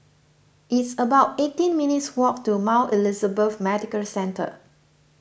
it's about eighteen minutes' walk to Mount Elizabeth Medical Centre